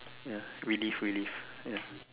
ya relive relive ya